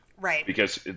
Right